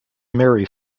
merry